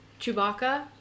Chewbacca